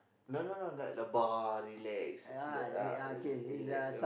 no no no like the bar relax